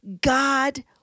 God